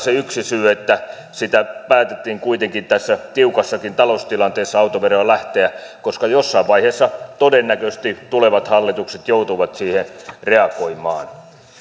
on yksi syy siihen että päätettiin kuitenkin tässä tiukassakin taloustilanteessa autoveroon lähteä koska jossain vaiheessa todennäköisesti tulevat hallitukset joutuvat siihen reagoimaan